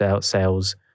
sales